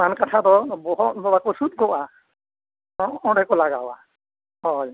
ᱯᱟᱱᱠᱟᱴᱷᱟ ᱫᱚ ᱵᱚᱦᱚᱜ ᱨᱮᱫᱚ ᱵᱟᱠᱚ ᱥᱩᱫᱽ ᱠᱚᱜᱼᱟ ᱦᱚᱸ ᱚᱸᱰᱮ ᱠᱚ ᱞᱟᱜᱟᱣᱟ ᱦᱳᱭ